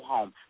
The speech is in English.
Home